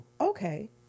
okay